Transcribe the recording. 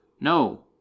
No